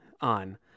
on